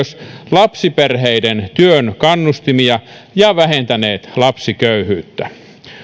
lapsiperheiden työn kannustimia ja vähentäneet lapsiköyhyyttä